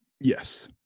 Yes